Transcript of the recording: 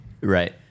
Right